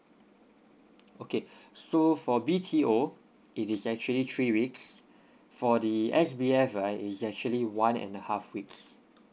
okay so for B_T_O it is actually three weeks for the S_B_F right it's actually one and a half weeks